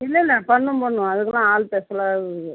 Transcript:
இல்லை இல்லை பண்ணுவோம் பண்ணுவோம் அதுக்கெல்லாம் ஆள் ஸ்பெஷலாக இருக்குது